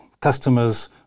customers